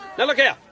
now look here!